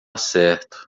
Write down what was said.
certo